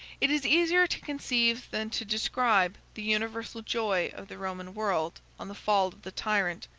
it is easier to conceive than to describe the universal joy of the roman world on the fall of the tyrant,